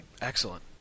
Excellent